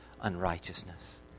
unrighteousness